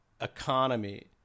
economy